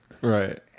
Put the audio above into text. Right